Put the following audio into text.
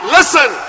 Listen